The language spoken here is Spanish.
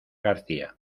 garcía